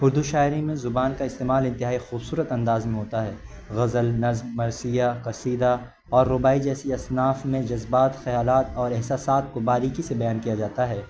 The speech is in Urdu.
اردو شاعری میں زبان کا استعمال انتہائی خوبصورت انداز میں ہوتا ہے غزل نظم مرثیہ قصیدہ اور رباعی جیسی اصناف میں جذبات خیالات اور احساسات کو باریکی سے بیان کیا جاتا ہے